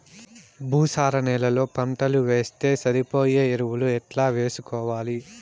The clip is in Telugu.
భూసార నేలలో పంటలు వేస్తే సరిపోయే ఎరువులు ఎట్లా వేసుకోవాలి?